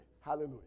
Hallelujah